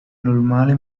normale